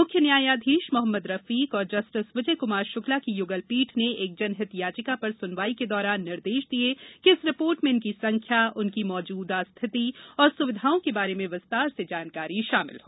म्ख्य न्यायाधीश मोहम्मद रफीक और जस्टिस विजय क्मार श्क्ला की य्गलपीठ ने एक जनहित याचिका पर स्नवाई के दौरान निर्देश दिए कि इस रिपोर्ट में इनकी संख्या उनकी मौजूदा स्थिति व स्विधाओं के बारे में विस्तार से जानकारी शामिल हो